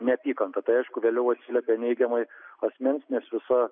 neapykantą tai aišku vėliau atsiliepia neigiamai asmens nes visa